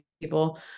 people